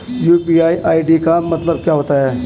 UPI ID का मतलब क्या होता है?